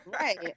Right